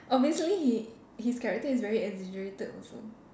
obviously he his character is very exaggerated also